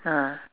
ah